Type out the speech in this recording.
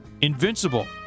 invincible